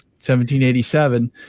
1787